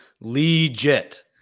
legit